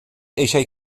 eisiau